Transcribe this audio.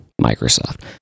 Microsoft